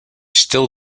still